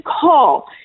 call